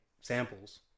samples